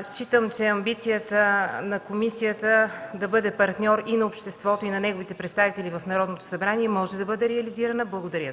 Считам, че амбицията на комисията да бъде партньор и на обществото, и на неговите представители в Народното събрание може да бъде реализирана. Благодаря.